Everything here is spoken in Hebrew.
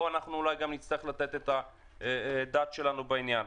פה אנחנו נצטרך לתת את דעתנו בעניין.